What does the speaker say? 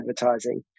advertising